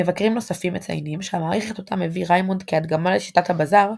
מבקרים נוספים מציינים שהמערכת אותה מביא ריימונד כהדגמה לשיטת ה"בזאר",